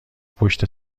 پشت